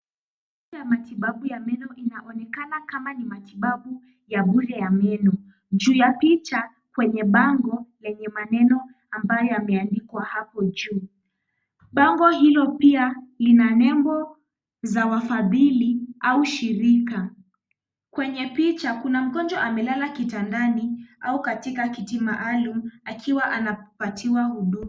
Picha ya meno inaonekana kama ni matibabu ya bure ya meno. Juu ya picha kwenye bango lenye maneno ambayo yameandikwa hapo juu. Bango hilo pia lina nembo za wafadhili au shirika. Kwenye picha kuna mgonjwa amelala kitandani au katika kiti maalum akiwa anapatiwa huduma.